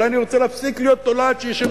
אולי אני רוצה להפסיק להיות תולעת שישנה